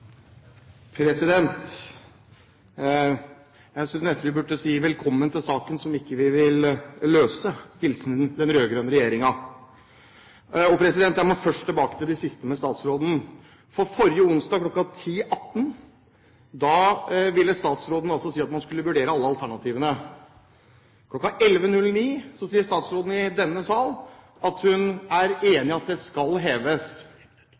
saken som ikke vi vil løse, hilsen den rød-grønne regjeringen. Jeg må først tilbake til det siste statsråden sa. For forrige onsdag kl. 10.18 sa altså statsråden at man skulle vurdere alle alternativene. Klokken 11.09 sier statsråden i denne sal at hun er enig i at ubåten skal heves.